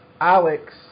Alex